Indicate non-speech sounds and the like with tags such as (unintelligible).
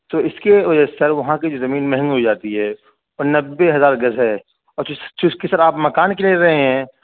تو اس کے وجہ سے سر وہاں کی جو زمین مہنگی ہو جاتی ہے وہ نبے ہزار گز ہے اور (unintelligible) سر آپ مکان کے لیے لے رہے ہیں